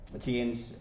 Change